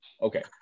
okay